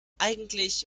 eigentlich